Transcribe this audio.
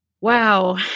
Wow